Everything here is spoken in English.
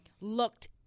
Looked